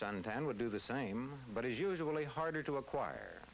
suntan would do the same but it is usually harder to acquire